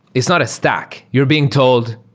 it's not a stack. you're being told,